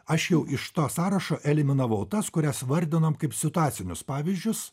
aš jau iš to sąrašo eliminavau tas kurias vardinom kaip situacinius pavyzdžius